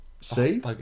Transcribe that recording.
See